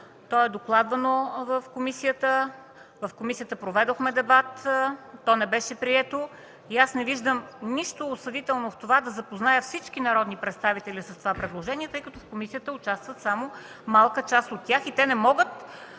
то е докладвано в комисията. В комисията проведохме дебат. То не беше прието. И аз не виждам нищо осъдително в това да запозная всички народни представители с това предложение, тъй като в комисията участва само малка част от тях и те не могат